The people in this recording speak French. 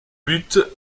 but